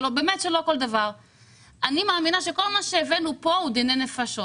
אני מאמינה שכל מה שהבאנו כאן הוא דיני נפשות